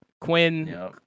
quinn